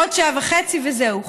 עוד שעה וחצי וזהו.